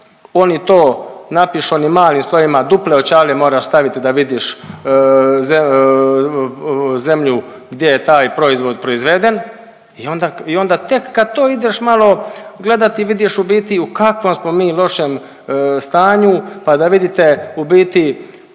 oni to napišu onim malim slovima. Duple očale moraš staviti da vidiš zemlju gdje je taj proizvod proizveden i onda i onda tek kad to ideš malo gledati, vidiš u biti u kakvom smo mi lošem stanju pa da vidite u biti